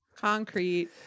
Concrete